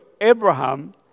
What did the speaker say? Abraham